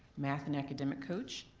math and academic coach,